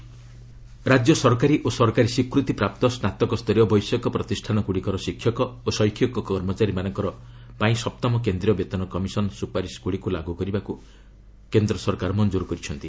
govt pay commission ରାଜ୍ୟ ସରକାରୀ ଓ ସରକାରୀ ସ୍ୱୀକୃତିପ୍ରାପ୍ତ ସ୍ନାତକସ୍ତରୀୟ ବୈଷୟିକ ପ୍ରତିଷ୍ଠାନଗୁଡ଼ିକର ଶିକ୍ଷକ ଓ ଶୈକ୍ଷିକ କର୍ମଚାରୀମାନଙ୍କ ପାଇଁ ସପ୍ତମ କେନ୍ଦ୍ରୀୟ ବେତନ କମିଶନ୍ ସୁପାରିସ୍ଗୁଡ଼ିକୁ ଲାଗୁ କରିବା ପ୍ରସ୍ତାବକୁ କେନ୍ଦ୍ର ସରକାର ମଞ୍ଜୁର କରିଛନ୍ତି